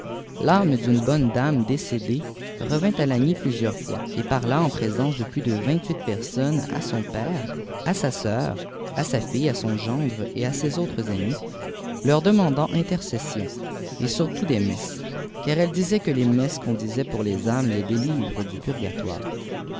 l'âme d'une bonne dame décalée mvisà lagûy uijhffi foî l et parla en présence de plus de vingt-huit personnes à son père à sa sœujt iiisst fiy à sp gendre çt à ses autres amis leur demandant intercession et surtout des messes carpelle disait cpie les lassjj'pn disait pour les âmes les délivrent du purgatoire